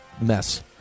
mess